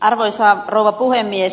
arvoisa rouva puhemies